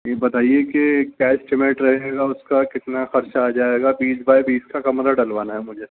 جی بتائیے کہ کیا اسٹیمیٹ رہے گا اس کا کتنا خرچ آ جائے گا بیس بائی بیس کا کمرہ ڈالوانا ہے مجھے